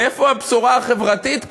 ואיפה הבשורה החברתית כאן?